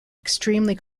extremely